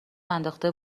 انداخته